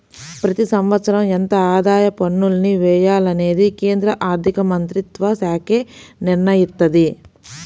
ప్రతి సంవత్సరం ఎంత ఆదాయ పన్నుల్ని వెయ్యాలనేది కేంద్ర ఆర్ధికమంత్రిత్వశాఖే నిర్ణయిత్తది